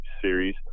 series